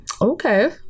Okay